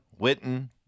Witten